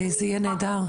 זה יהיה נהדר.